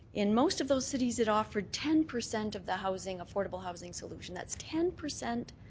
in most of those cities it offered ten percent of the housing, affordable housing, solution. that's ten percent